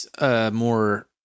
more